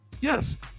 Yes